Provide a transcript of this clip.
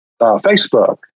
Facebook